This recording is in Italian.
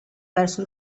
verso